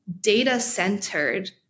data-centered